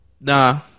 Nah